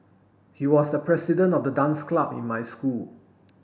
he was the president of the dance club in my school